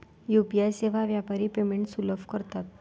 UPI सेवा व्यापारी payments सुलभ करतात